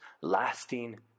lasting